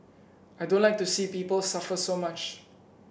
I don't like to see people suffer so much